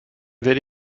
werde